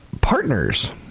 partners